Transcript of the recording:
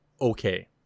okay